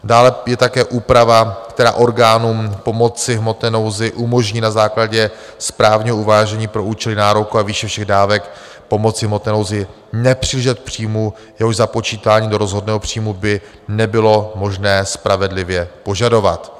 Dále je také úprava, která orgánům pomoci v hmotné nouzi umožní na základě správního uvážení pro účely nároku a výše všech dávek pomoci v hmotné nouzi nepřihlížet k příjmu, jehož započítání do rozhodného příjmu by nebylo možné spravedlivě požadovat.